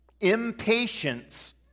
Impatience